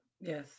Yes